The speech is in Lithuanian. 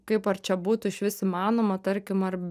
kaip ar čia būtų išvis įmanoma tarkim ar